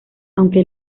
aunque